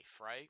right